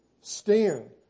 Stand